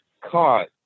caught